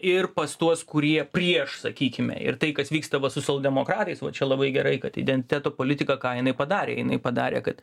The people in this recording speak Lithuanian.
ir pas tuos kurie prieš sakykime ir tai kas vyksta va socialdemokratais va čia labai gerai kad identiteto politika ką jinai padarė jinai padarė kad